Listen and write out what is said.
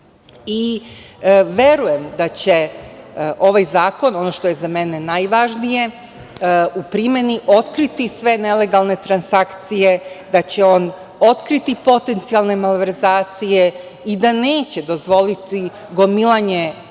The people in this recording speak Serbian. troškovi. Verujem da će ovaj zakon, ono što je za mene najvažnije, u primeni otkriti sve nelegalne transakcije, da će on otkriti potencijalne malverzacije i da neće dozvoliti gomilanje novca